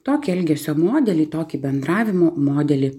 tokį elgesio modelį tokį bendravimo modelį